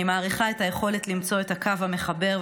אני מעריכה את היכולת למצוא את הקו המחבר.